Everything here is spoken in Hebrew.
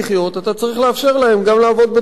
אתה צריך לאפשר להם גם לעבוד בתיירות.